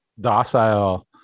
docile